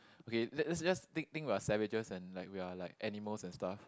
okay let let's just think think about salvages and like we're like animals and stuff